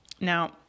Now